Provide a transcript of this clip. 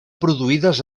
produïdes